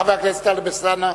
חבר הכנסת טלב אלסאנע.